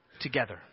together